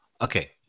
Okay